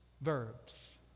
verbs